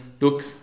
look